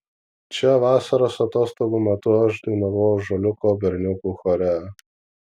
čia vasaros atostogų metu aš dainavau ąžuoliuko berniukų chore